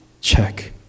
check